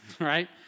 right